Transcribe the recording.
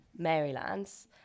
Marylands